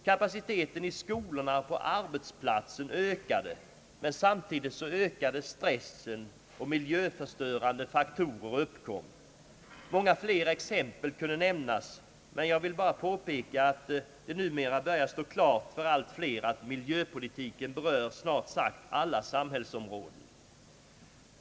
Kapaciteten i skolorna och på arbetsplatserna ökade, men samtidigt ökade stressen, och miljöförstörande faktorer uppkom. Många fler exempel kunde nämnas, men jag vill bara påpeka att det numera börjar stå klart för allt fler att miljöpolitiken berör snart sagt alla samhällsområden.